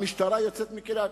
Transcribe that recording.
המשטרה יוצאת מכליה.